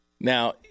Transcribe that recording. Now